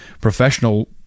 professional